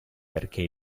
perché